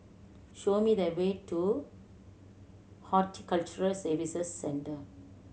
show me the way to Horticulture Services Centre